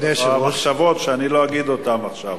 יש לי מחשבות שאני לא אגיד אותן עכשיו.